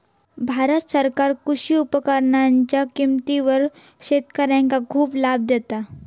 भारत सरकार कृषी उपकरणांच्या किमतीवर शेतकऱ्यांका खूप लाभ देता